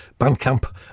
Bandcamp